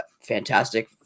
fantastic